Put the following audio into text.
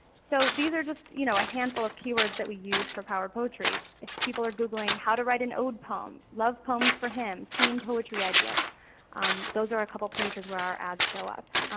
so these are just you know a handful of keywords that we use for power poetry. if people are googling how to write an ode poem, love poems for him, teen poetry ideas those are a couple of places where our ads show up.